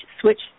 switch